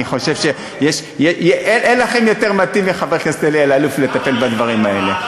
אני חושב שאין לכם יותר מתאים מחבר כנסת אלי אלאלוף לטפל בדברים האלה.